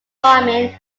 farming